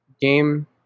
game